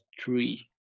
three